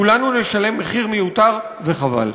כולנו נשלם מחיר מיותר, וחבל.